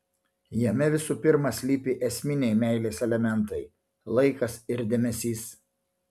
jame visų pirma slypi esminiai meilės elementai laikas ir dėmesys